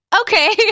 okay